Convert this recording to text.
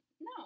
no